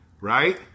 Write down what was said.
right